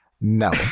No